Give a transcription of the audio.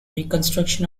reconstruction